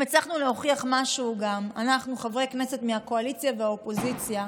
חברי הכנסת מהקואליציה ומהאופוזיציה,